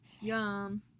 Yum